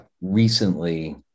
recently